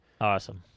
Awesome